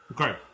Okay